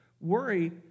worry